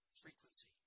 frequency